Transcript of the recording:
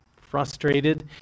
frustrated